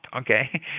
okay